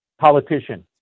politician